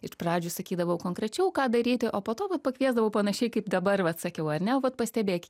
ir pradžioj sakydavau konkrečiau ką daryti o po to nu pakviesdavau panašiai kaip dabar vat sakiau ar ne vat pastebėk